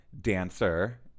dancer